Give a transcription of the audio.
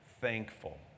thankful